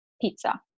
pizza